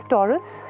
Taurus